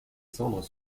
cendres